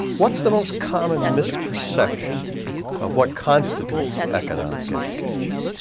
what's the most common misperception of what constitutes economic education?